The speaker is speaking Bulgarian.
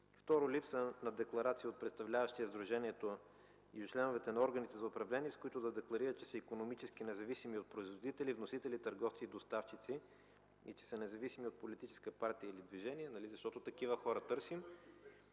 поради липса на декларация от представляващия сдружението и членовете на органите за управление, с които да декларират, че са икономически независими от производители, вносители, търговци и доставчици и че са независими от политическа партия или движение, защото такива хора търсим.